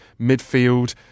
midfield